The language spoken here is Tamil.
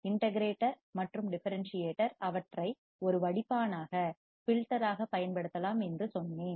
இன்டகிரேட்டர் மற்றும் டிஃபரன்ஸ் சியேட்டர் அவற்றை ஒரு வடிப்பானாகப் பில்டராக பயன்படுத்தலாம் என்று சொன்னேன்